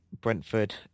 Brentford